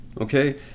okay